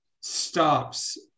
stops